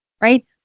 right